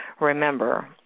remember